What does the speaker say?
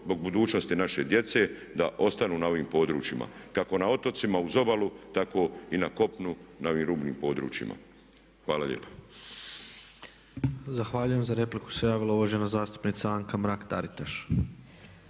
zbog budućnosti naše djece da ostanu na ovim područjima, kako na otocima uz obalu tako i na kopunu na ovim rubnim područjima. Hvala lijepa.